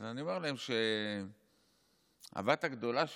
אז אני אומר להם שהבת הגדולה שלנו,